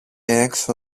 έξω